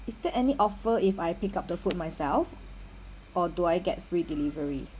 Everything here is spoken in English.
is there any offer if I pick up the food myself or do I get free delivery